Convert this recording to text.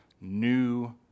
new